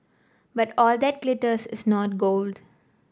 but all that glisters is not gold